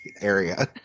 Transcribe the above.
area